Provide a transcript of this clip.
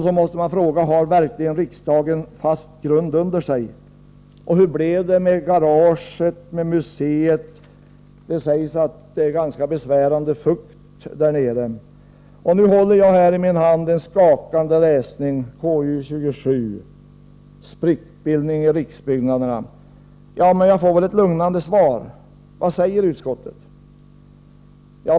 Man måste fråga sig: Har riksdagen verkligen fast grund under sig? Hur blev det med garaget och med museet? Det sägs att det är en ganska besvärande fukt där nere. Nu håller jag i min hand en skakande läsning: KU:s betänkande nr 27. Där talar man om sprickbildning i riksbyggnaderna. Får jag då ett lugnande besked? Vad säger utskottet?